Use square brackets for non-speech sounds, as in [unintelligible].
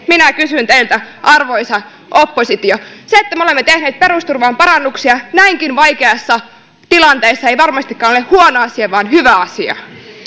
[unintelligible] minä kysyn teiltä arvoisa oppositio se että me olemme tehneet perusturvaan parannuksia näinkin vaikeassa tilanteessa ei varmastikaan ole huono asia vaan hyvä asia no